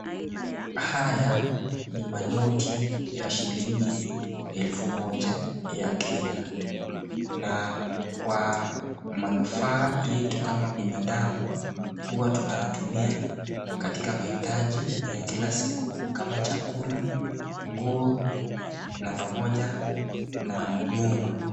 Haya ni manoti ya shilingi elfu moja ya Kenya. Na kwa manufaa yetu kama binadamu, huwa tunayatumia kwa mahitaji ya kila siku kama chakula, nguo na pamoja na nyumba.